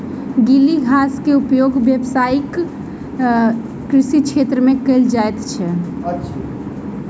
गीली घास के उपयोग व्यावसायिक कृषि क्षेत्र में कयल जाइत अछि